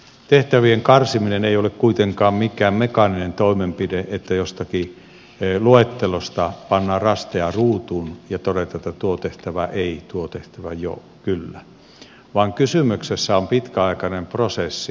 tehtävien karsiminen ei ole kuitenkaan mikään mekaaninen toimenpide että jostakin luettelosta pannaan rasteja ruutuun ja todetaan että tuo tehtävä ei tuo tehtävä joo kyllä vaan kysymyksessä on pitkäaikainen prosessi